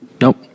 Nope